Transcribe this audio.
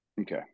Okay